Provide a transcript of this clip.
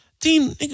Dean